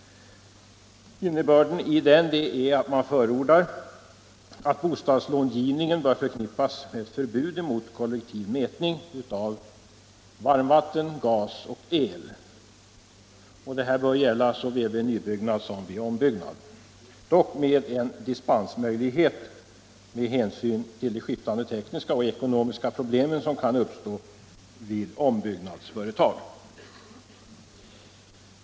Innebörden i den är att man förordar att bostadslångivningen förknippas med förbud mot kollektiv mätning av varmvatten, gas och el. Det här bör gälla såväl vid nybyggnad som ombyggnad — dock med en dispensmöjlighet på grund av de skiftande tekniska och ekonomiska problem som kan uppstå vid ombyggnadsföretag.